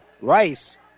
Rice